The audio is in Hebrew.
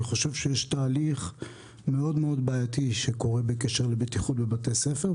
אני חושב שיש תהליך מאוד מאוד בעייתי שקורה בקשר לבטיחות בבתי ספר.